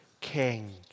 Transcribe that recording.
king